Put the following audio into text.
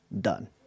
done